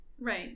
Right